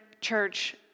Church